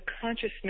consciousness